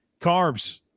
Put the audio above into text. carbs